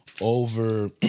over